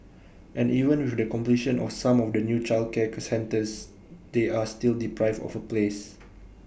and even with the completion of some of the new childcare centres they are still deprived of A place